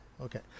okay